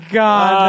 god